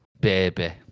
baby